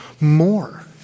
more